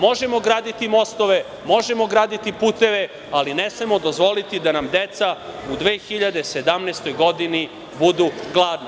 Možemo graditi mostove, možemo graditi puteve, ali ne smemo dozvoliti da nam deca u 2017. godini budu gladna.